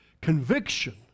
conviction